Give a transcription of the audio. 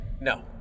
No